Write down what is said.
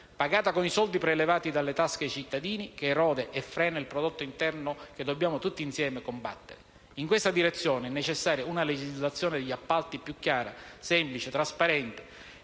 pagata con i soldi prelevati dalle tasche dei cittadini, che erode e frena il prodotto interno e che dobbiamo tutti insieme combattere. In questa direzione è necessaria una legislazione degli appalti più chiara, semplice, trasparente,